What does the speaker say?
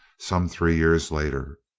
some three years later.